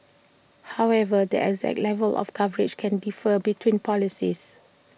however the exact level of coverage can differ between policies